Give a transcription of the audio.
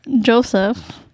Joseph